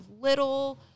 little